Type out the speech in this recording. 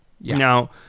Now